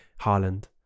Harland